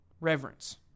reverence